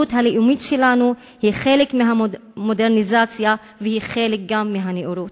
הזהות הלאומית שלנו היא חלק מהמודרניזציה והיא גם חלק מהנאורות.